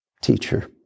teacher